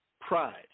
pride